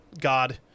God